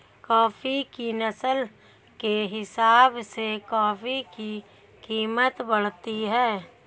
coffee की नस्ल के हिसाब से कॉफी की कीमत बढ़ती है